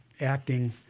acting